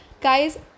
guys